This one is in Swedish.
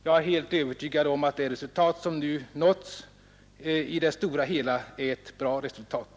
Jag är helt övertygad om att det resultat som nu nåtts i det stora hela är ett bra resultat.